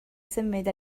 symud